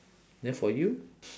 then for you